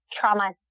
trauma